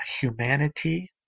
humanity